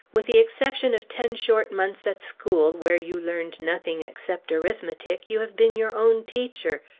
with the exception of ten short months at school, where you learned nothing except arithmetic, you have been your own teacher,